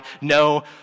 No